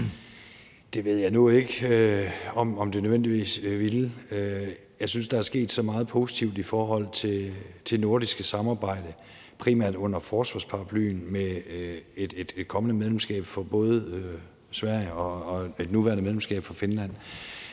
Det ved jeg nu ikke om det nødvendigvis ville. Der er sket så meget positivt i forhold til det nordiske samarbejde, primært under forsvarsparaplyen, med et kommende medlemskab for Sverige og et nuværende medlemskab for Finland,